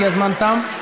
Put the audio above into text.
כי הזמן תם.